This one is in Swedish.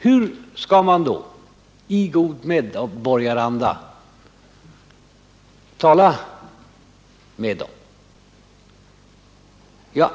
Hur skall man då i god medborgaranda tala med dem?